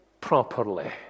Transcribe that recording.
properly